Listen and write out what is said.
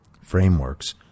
frameworks